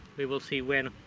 we will see when.